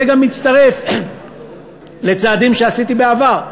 זה גם מצטרף לצעדים שעשיתי בעבר,